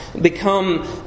become